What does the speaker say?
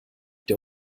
der